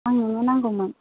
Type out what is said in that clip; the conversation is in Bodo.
आंनोनो नांगौमोन